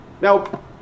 Now